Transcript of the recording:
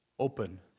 Open